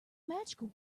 magical